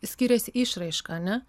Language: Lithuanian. skiriasi išraiška ar ne